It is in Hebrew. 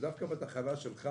שדווקא בתחנה שלך